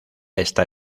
está